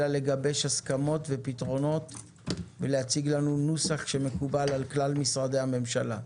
אלא לגבש הסכמות ופתרונות ולהציג לנו נוסח שמקובל על כלל משרדי הממשלה.